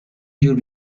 جور